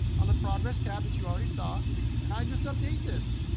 on the progress tab that you already saw and i just update this.